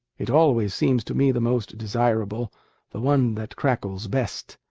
it always seems to me the most desirable the one that crackles best.